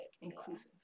Inclusive